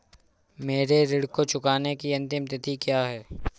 मेरे ऋण को चुकाने की अंतिम तिथि क्या है?